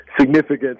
significance